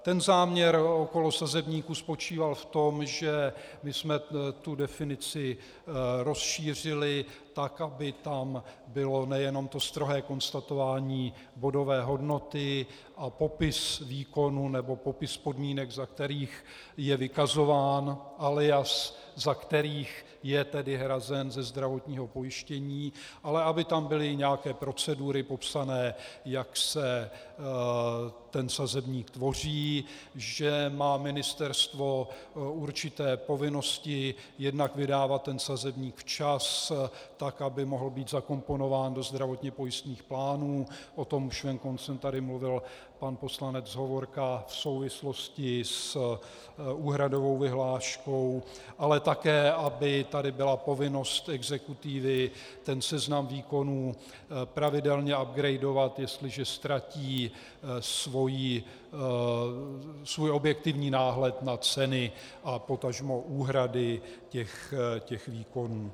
Ten záměr okolo sazebníku spočíval v tom, že my jsme definici rozšířili tak, aby tam bylo nejenom to strohé konstatování bodové hodnoty a popis výkonu, nebo popis podmínek, za kterých je vykazován, alias za kterých je tedy hrazen ze zdravotního pojištění, ale aby tam byly nějaké procedury popsané, jak se ten sazebník tvoří, že má ministerstvo určité povinnosti, jednak vydávat ten sazebník včas, tak aby mohl být zakomponován do zdravotně pojistných plánů, o tom už venkoncem tady mluvil pan poslanec Hovorka v souvislosti s úhradovou vyhláškou, ale také aby tady byla povinnost exekutivy seznam výkonů pravidelně upgradovat, jestliže ztratí svůj objektivní náhled na ceny a potažmo úhrady těch výkonů.